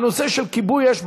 בנושא של כיבוי אש,